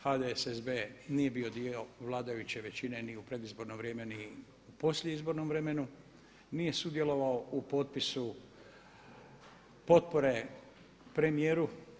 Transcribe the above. HDSSB nije bio dio vladajuće većine ni u predizborno vrijeme, ni u poslijeizbornom vremenu, nije sudjelovao u potpisu potpore premijeru.